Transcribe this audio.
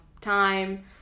time